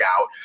out